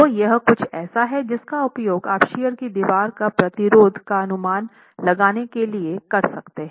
तो यह कुछ ऐसा है जिसका उपयोग आप शियर की दीवार का प्रतिरोध का अनुमान लगाने के लिए कर सकते हैं